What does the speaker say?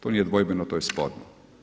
To nije dvojbeno, to je sporno.